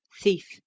thief